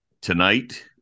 Tonight